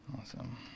Awesome